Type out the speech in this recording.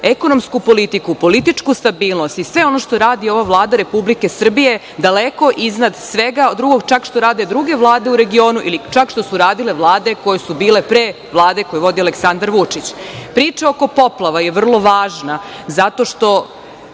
ekonomsku politiku, političku stabilnost i sve ono što radi ova Vlada Republike Srbije daleko iznad svega drugog, čak što rade druge vlade u regionu ili čak što su radile vlade koje su bile pre Vlade koju je vodio Aleksandar Vučić. Priča oko poplava je vrlo važna zato što